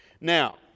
Now